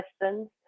questions